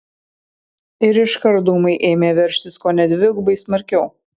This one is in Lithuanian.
ir iškart dūmai ėmė veržtis kone dvigubai smarkiau